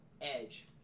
edge